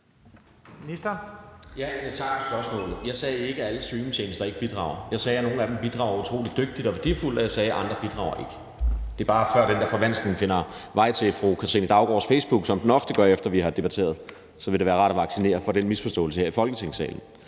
Tak for spørgsmålet. Jeg sagde ikke, at alle streamingtjenester ikke bidrager. Jeg sagde, at nogle af dem bidrager utrolig dygtigt og værdifuldt, og jeg sagde, at andre ikke bidrager. Det er bare, før den der forvanskning finder vej til fru Katrine Daugaards facebookside, som den ofte gør, efter at vi har debatteret. Det ville være rart at vaccinere for den misforståelse her i Folketingssalen.